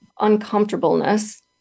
uncomfortableness